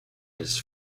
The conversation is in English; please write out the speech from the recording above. his